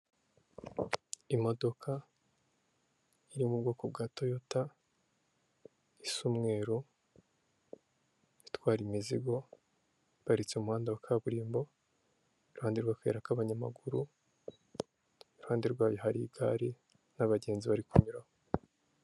Imodoka iri mu bwoko bwa toyota isa umweru itwara imizigo, iparitse mu muhanda wa kaburimbo iruhande rw'akayira k'abanyamaguru, iruhande rwayo hari igare n'abagenzi bari kunyuraho.